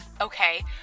okay